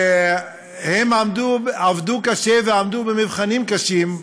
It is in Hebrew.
הם עבדו קשה ועמדו במבחנים קשים,